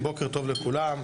בוקר טוב לכולם.